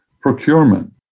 procurement